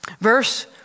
Verse